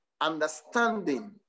understanding